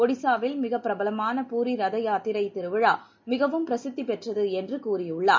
ஒடிசாவில் மிகப் பிரபலமான பூரி ரத யாத்திரை திருவிழா மிகவும் பிரசித்தி பெற்றது என்று கூறியுள்ளார்